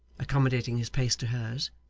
accommodating his pace to hers,